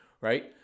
right